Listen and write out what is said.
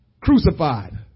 crucified